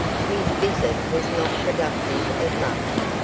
his visit was not productive of much,